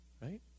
right